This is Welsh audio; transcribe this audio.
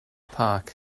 park